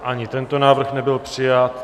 Ani tento návrh nebyl přijat.